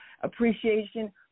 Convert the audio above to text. appreciation